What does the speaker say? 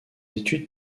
études